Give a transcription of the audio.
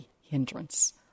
hindrance